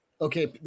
okay